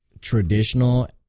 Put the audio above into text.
traditional